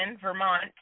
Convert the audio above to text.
Vermont